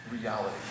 reality